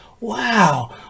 Wow